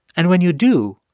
and when you do,